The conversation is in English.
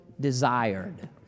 desired